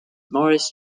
maurice